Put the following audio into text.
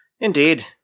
Indeed